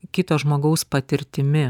kito žmogaus patirtimi